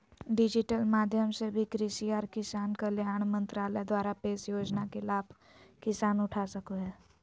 digital माध्यम से भी कृषि आर किसान कल्याण मंत्रालय द्वारा पेश योजना के लाभ किसान उठा सको हय